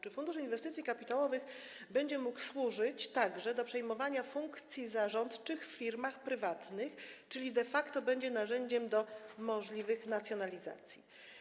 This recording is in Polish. Czy Fundusz Inwestycji Kapitałowych będzie mógł służyć także do przejmowania funkcji zarządczych w firmach prywatnych, czyli de facto będzie narzędziem do możliwych nacjonalizacji?